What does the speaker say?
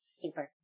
super